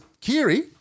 Kiri